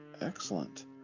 excellent